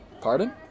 Pardon